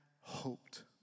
hoped